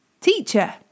Teacher